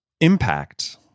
impact